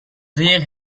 zeer